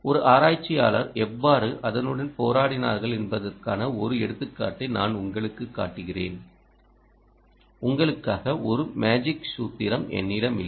ஒரு ஆராய்ச்சியாளர்கள் எவ்வாறு அதனுடன் போராடினார்கள் என்பதற்கான ஒரு எடுத்துக்காட்டை நான் உங்களுக்குக் காட்டுகிறேன் உங்களுக்காக ஒரு மேஜிக் சூத்திரம் என்னிடம் இல்லை